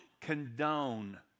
condone